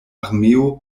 armeo